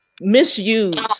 misused